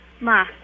Ma